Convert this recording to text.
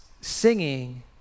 singing